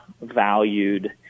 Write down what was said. valued